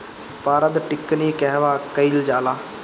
पारद टिक्णी कहवा कयील जाला?